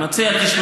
אני מציע לך,